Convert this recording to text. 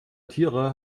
tiere